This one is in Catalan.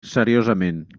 seriosament